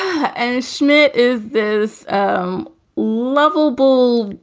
and schmidt, is this um lovable?